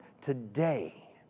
today